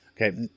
Okay